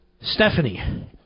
Stephanie